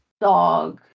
dog